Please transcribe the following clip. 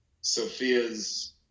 Sophia's